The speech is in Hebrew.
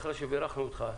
אחרי שבירכנו אותך,